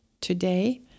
Today